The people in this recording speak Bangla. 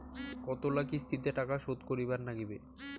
কতোলা কিস্তিতে টাকা শোধ করিবার নাগীবে?